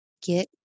Get